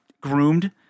groomed